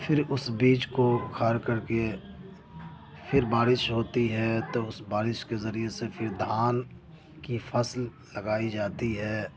پھر اس بیج کو اکھار کر کے پھر بارش ہوتی ہے تو اس بارش کے ذریعے سے پھر دھان کی فصل لگائی جاتی ہے